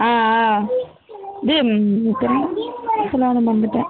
இது சொல்ல வர மறந்துவிட்டேன்